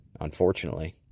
unfortunately